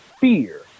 fear